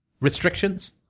restrictions